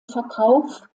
verkauf